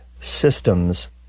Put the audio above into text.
Systems